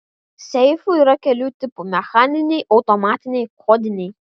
seifų yra kelių tipų mechaniniai automatiniai kodiniai